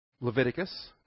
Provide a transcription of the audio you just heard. Leviticus